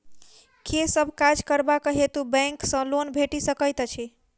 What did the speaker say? केँ सब काज करबाक हेतु बैंक सँ लोन भेटि सकैत अछि?